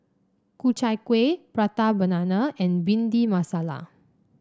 Ku Chai Kueh Prata Banana and Bhindi Masala